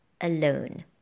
alone